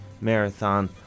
marathon